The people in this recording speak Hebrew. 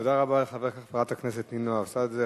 תודה רבה לחברת הכנסת נינו אבסדזה.